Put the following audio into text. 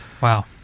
Wow